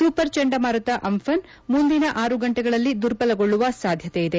super ಚಂಡಮಾರುತ Amphan ಮುಂದಿನ ಆರು ಗಂಟೆಗಳಲ್ಲಿ ದುರ್ಬಲಗೊಳ್ಳುವ ಸಾಧ್ಯತೆಯಿದೆ